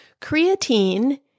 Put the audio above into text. Creatine